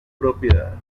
propiedad